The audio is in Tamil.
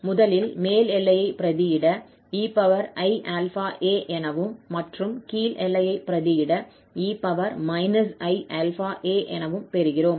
முதலில் மேல் எல்லையை பிரதியிட 𝑒𝑖𝛼𝑎 எனவும் மற்றும் கீழ் எல்லையை பிரதியிட 𝑒−𝑖𝛼𝑎 எனவும் பெறுகிறோம்